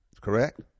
correct